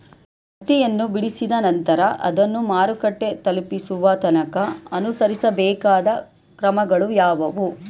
ಹತ್ತಿಯನ್ನು ಬಿಡಿಸಿದ ನಂತರ ಅದನ್ನು ಮಾರುಕಟ್ಟೆ ತಲುಪಿಸುವ ತನಕ ಅನುಸರಿಸಬೇಕಾದ ಕ್ರಮಗಳು ಯಾವುವು?